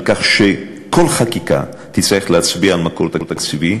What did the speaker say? על כך שכל חקיקה תצטרך להצביע על מקור תקציבי.